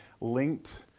linked